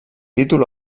títol